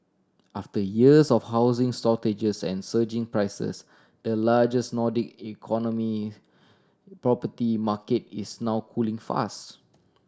after years of housing shortages and surging prices the largest Nordic economy property market is now cooling fast